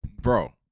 Bro